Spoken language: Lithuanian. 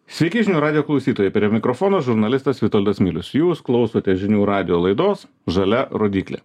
sveiki žinių radijo klausytojai prie mikrofono žurnalistas vitoldas milius jūs klausote žinių radijo laidos žalia rodyklė